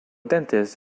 dentist